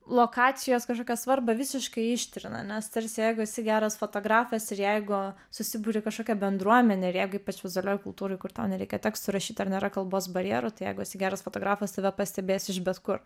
lokacijos kažkokią svarbą visiškai ištrina nes tarsi jeigu esi geras fotografas ir jeigu susiburi kažkokią bendruomenę ir jeigu ypač vizualioj kultūroj kur tau nereikia tekstų rašyt ar nėra kalbos barjerų tai jeigu esi geras fotografas tave pastebės iš bet kur